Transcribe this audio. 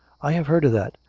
i have heard of that.